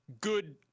good